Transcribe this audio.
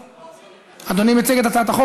אדוני מבקש לצרף את,